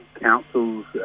council's